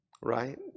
Right